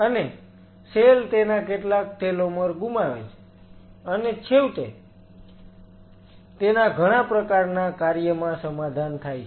અને સેલ તેના કેટલાક ટેલોમર ગુમાવે છે અને છેવટે તેના ઘણા પ્રકારનાં કાર્યમાં સમાધાન થાય છે